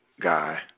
guy